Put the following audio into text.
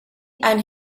and